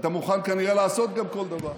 ואתה מוכן כנראה לעשות כל דבר.